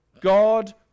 god